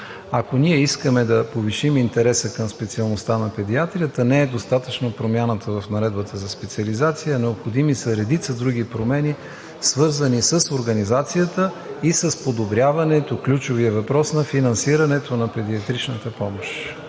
Ако ние искаме да повишим интереса към специалността на педиатрията, не е достатъчна промяната в Наредбата за специализация. Необходими са редица други промени, свързани с организацията и с подобряването, ключовият въпрос на финансирането на педиатричната помощ.